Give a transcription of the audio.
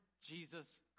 Jesus